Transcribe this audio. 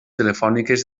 telefòniques